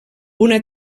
una